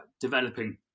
developing